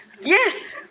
Yes